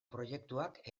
proiektuak